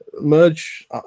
Merge